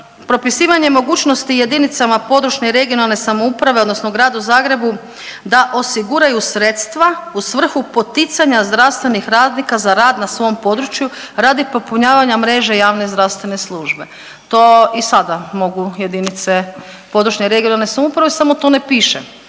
Propisivanje mogućnosti jedinicama područne i regionalne samouprave odnosno Gradu Zagrebu da osiguraju sredstva u svrhu poticanja zdravstvenih radnika za rad na svom području radi popunjavanja mreže javne zdravstvene službe. To i sada mogu jedinice područne i regionalne samouprave samo to ne piše,